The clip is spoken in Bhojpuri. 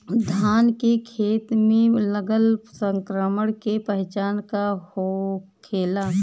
धान के खेत मे लगल संक्रमण के पहचान का होखेला?